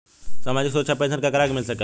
सामाजिक सुरक्षा पेंसन केकरा के मिल सकेला?